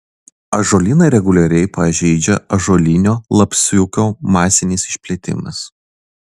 ąžuolyną reguliariai pažeidžia ąžuolinio lapsukio masinis išplitimas